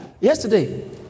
Yesterday